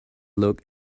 look